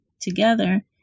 together